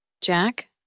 Jack